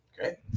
Okay